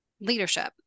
leadership